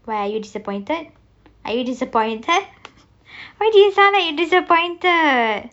why are you disappointed are you disappointed why you sounded disappointed